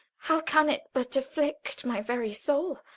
how can it but afflict my very soul?